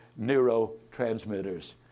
neurotransmitters